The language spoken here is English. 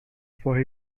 for